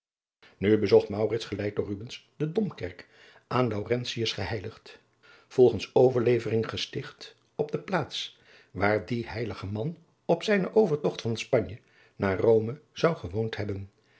nu bezocht maurits geleid door rubbens de domkerk aan laurentius geheiligd volgens overlevering gesticht op de plaats waar die heilige man op zijnen overtogt van spanje naar rome zou gewoond hebben